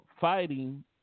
fighting